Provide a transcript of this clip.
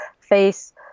face